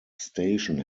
station